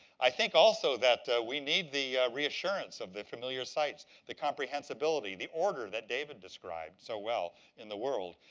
i think, also, that we need the reassurance of the familiar sights, the comprehensibility, the order that david described so well in the world.